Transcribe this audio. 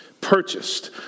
purchased